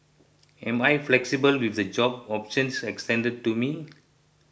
am I flexible with the job options extended to me